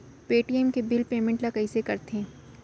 Paytm के bill payment ल कइसे करथे?